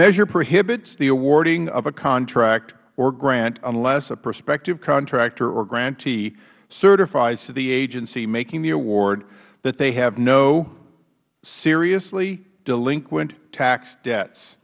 measure prohibits the awarding of a contract or grant unless a perspective contractor or grantee certifies to the agency making the award that they have no seriously delinquent tax